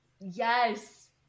Yes